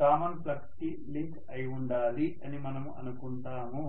common flux కి link అయి ఉండాలి అని మనము అనుకుంటాము